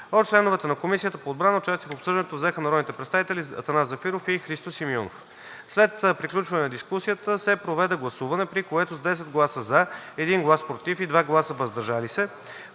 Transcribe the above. От членовете на Комисията по отбрана участие в обсъждането взеха народните представители Атанас Зафиров и Христо Симеонов. След приключване на дискусията се проведе гласуване, при което с 10 гласа „за“, 1 глас „против“ и 2 гласа „въздържал се“